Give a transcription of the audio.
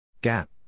Gap